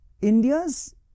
India's